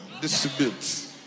Distribute